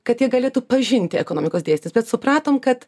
kad jie galėtų pažinti ekonomikos dėsnius bet supratom kad